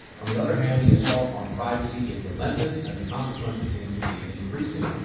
on the other hand, the assault on privacy is relentless and the consequences seem to be increasing.